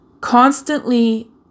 constantly